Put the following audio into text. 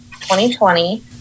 2020